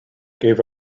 gave